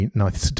nice